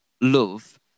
love